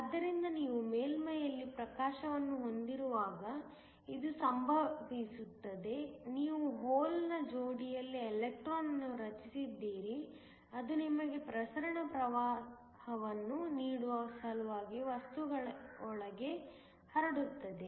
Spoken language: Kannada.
ಆದ್ದರಿಂದ ನೀವು ಮೇಲ್ಮೈಯಲ್ಲಿ ಪ್ರಕಾಶವನ್ನು ಹೊಂದಿರುವಾಗ ಇದು ಸಂಭವಿಸುತ್ತದೆ ನೀವು ಹೋಲ್ನ ಜೋಡಿಯಲ್ಲಿ ಎಲೆಕ್ಟ್ರಾನ್ ಅನ್ನು ರಚಿಸಿದ್ದೀರಿ ಅದು ನಿಮಗೆ ಪ್ರಸರಣ ಪ್ರವಾಹವನ್ನು ನೀಡುವ ಸಲುವಾಗಿ ವಸ್ತುವಿನೊಳಗೆ ಹರಡುತ್ತದೆ